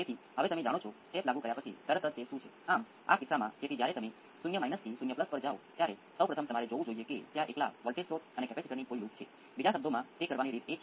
હવે જો આપણી પાસે સાઈનુંસોઈડ હોય તો શું થાય છે આ પણ એક રેખીય સર્કિટ છે